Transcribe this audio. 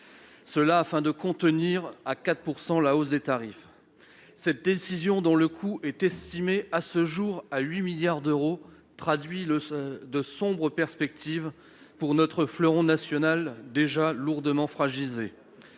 ce afin de contenir à 4 % la hausse des tarifs. Cette décision, dont le coût est évalué à ce jour à 8 milliards d'euros, dessine de sombres perspectives pour un fleuron national déjà lourdement fragilisé.